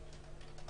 נכון.